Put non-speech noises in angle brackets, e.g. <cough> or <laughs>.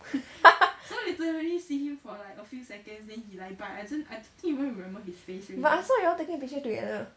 <laughs> but I saw you all taking picture together